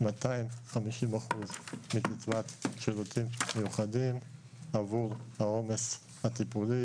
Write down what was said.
250 אחוזים מקצבת שירותים מיוחדים עבור העומס הטיפולי.